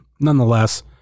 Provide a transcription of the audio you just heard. nonetheless